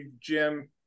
jim